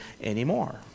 anymore